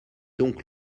donc